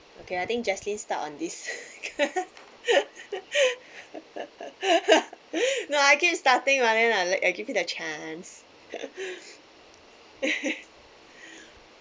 okay I think jaslyn start on this no I keep starting mah then I let I give you the chance